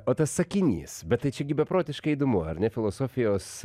o tas sakinys bet tai čia gi beprotiškai įdomu ar ne filosofijos